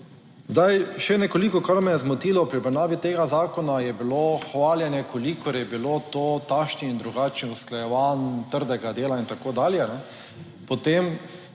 Zdaj še nekoliko, kar me je zmotilo pri obravnavi tega zakona je bilo hvaljenje kolikor je bilo to takšnih in drugačnih usklajevanj, trdega dela in tako dalje. Potem